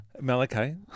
Malachi